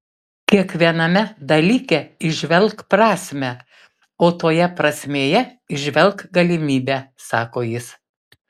kiekviename dalyke įžvelk prasmę o toje prasmėje įžvelk galimybę sako jis